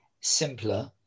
simpler